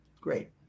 Great